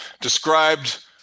described